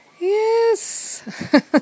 Yes